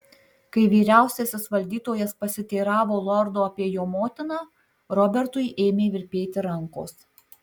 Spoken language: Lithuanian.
kai vyriausiasis valdytojas pasiteiravo lordo apie jo motiną robertui ėmė virpėti rankos